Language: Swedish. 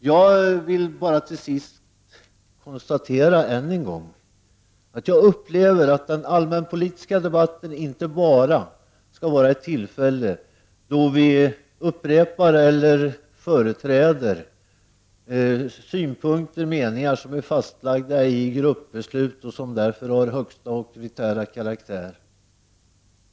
Jag vill bara till sist än en gång konstatera att jag upplever att den allmänpolitiska debatten inte bara skall vara ett tillfälle då vi upprepar eller företräder synpunkter och meningar som är fastlagda i gruppbeslut och som därför har högsta auktoritära karaktär.